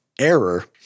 error –